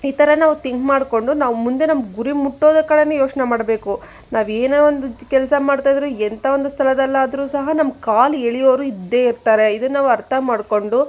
ಈ ಥರ ನಾವು ಥಿಂಕ್ ಮಾಡಿಕೊಂಡು ನಾವು ಮುಂದೆ ನಮ್ಮ ಗುರಿ ಮುಟ್ಟೊದ್ರ ಕಡೆನೆ ಯೋಚನೆ ಮಾಡಬೇಕು ನಾವು ಏನೋ ಒಂದು ಕೆಲಸ ಮಾಡ್ತಾ ಇದ್ರೂ ಎಂಥ ಒಂದು ಸ್ಥಳದಲ್ಲಾದರೂ ಸಹ ನಮ್ಮ ಕಾಲು ಎಳಿಯೊವ್ರು ಇದ್ದೇ ಇರ್ತಾರೆ ಇದನ್ನು ನಾವು ಅರ್ಥ ಮಾಡಿಕೊಂಡು